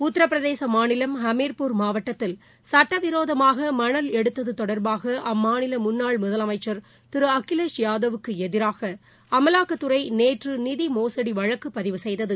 உத்திரபிரதேச மாநிலம் ஹமீர்பூர் மாவட்டத்தில் சுட்ட விரோதமாக மணல் எடுத்தது தொடர்பாக அம்மாநில முன்னாள் முதலமைச்சர் திரு அகிலேஷ் யாதவுக்கு எதிராக அமவாக்கத்துறை நேற்று நிதி மோசடி வழக்குப் பதிவு செய்தது